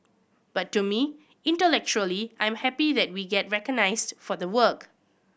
but to me intellectually I'm happy that we get recognised for the work